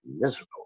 miserable